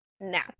now